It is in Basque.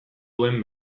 duen